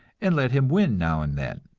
and let him win now and then!